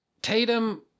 Tatum